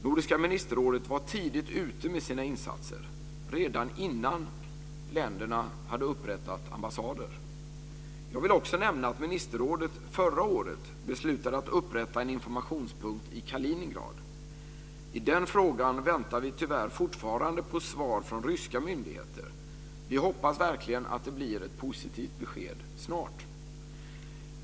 Nordiska ministerrådet var tidigt ute med sina insatser - redan innan länderna hade upprättat ambassader. Jag vill också nämna att ministerrådet förra året beslutade att upprätta en informationspunkt i Kaliningrad. I den frågan väntar vi, tyvärr, fortfarande på svar från ryska myndigheter. Vi hoppas verkligen att det blir ett positivt besked snart.